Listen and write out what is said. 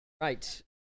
right